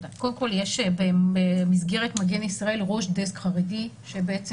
קודם כל במסגרת 'מגן ישראל' יש ראש דסק חרדי שנמצא